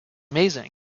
amazing